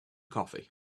coffee